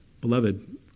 Beloved